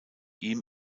ihm